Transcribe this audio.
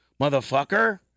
motherfucker